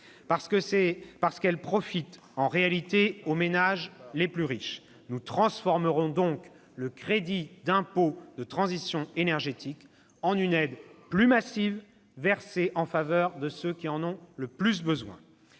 qu'elles profitent en réalité aux ménages les plus riches. Nous transformerons donc le crédit d'impôt de transition énergétique en une aide plus massive, versée en faveur de ceux qui en ont le plus besoin.